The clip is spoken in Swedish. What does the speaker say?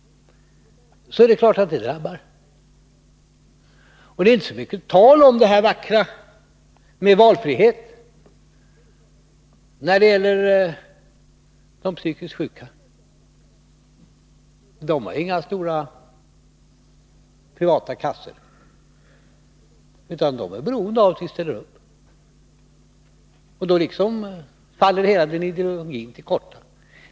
Det drabbar naturligtvis många. Man kan inte tala så mycket om valfrihet när det gäller de psykiskt sjuka. De har inga stora privatkassor, utan de är beroende av att vi ställer upp. Då faller hela ideologin till korta.